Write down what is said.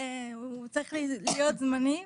הוא צריך להיות זמני,